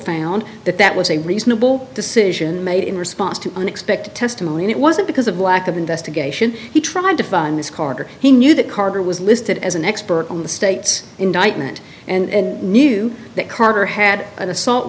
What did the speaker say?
found that that was a reasonable decision made in response to unexpected testimony and it wasn't because of lack of investigation he tried to find miss carter he knew that carter was listed as an expert on the state's indictment and knew that carter had an assault